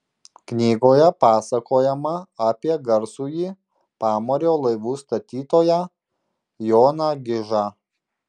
knygoje pasakojama apie garsųjį pamario laivų statytoją joną gižą